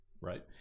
Right